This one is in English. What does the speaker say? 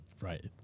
Right